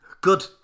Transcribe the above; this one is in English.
Good